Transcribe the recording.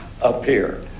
appear